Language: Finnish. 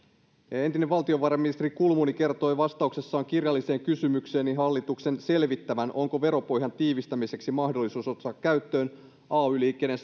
entinen valtiovarainministeri kulmuni kertoi vastauksessaan kirjalliseen kysymykseeni hallituksen selvittävän onko veropohjan tiivistämiseksi mahdollisuus ottaa käyttöön ay liikkeen